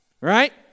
Right